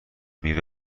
میوه